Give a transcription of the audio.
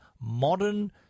modern